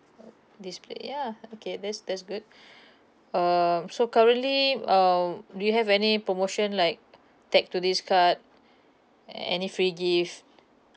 display yeah okay that's that's good um so currently um do you have any promotion like tag to this card any free gift